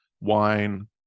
wine